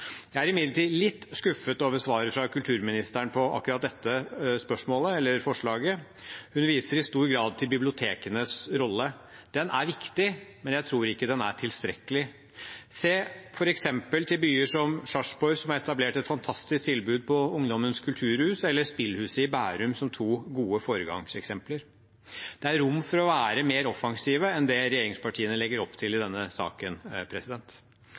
Jeg er imidlertid litt skuffet over svaret fra kulturministeren på akkurat dette forslaget. Hun viser i stor grad til bibliotekenes rolle. Den er viktig, men jeg tror ikke den er tilstrekkelig. Se til byer som f.eks. Sarpsborg, som har etablert et fantastisk tilbud på Ungdommens Kulturhus, eller Spillhuset i Bærum, som to gode foregangseksempler. Det er rom for å være mer offensive enn det regjeringspartiene legger opp til i denne saken.